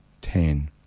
ten